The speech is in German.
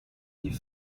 die